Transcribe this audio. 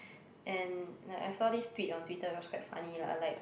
and like I saw this tweet on Twitter it was quite funny lah I like